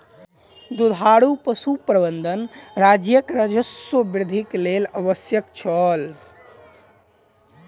दुधारू पशु प्रबंधन राज्यक राजस्व वृद्धिक लेल आवश्यक छल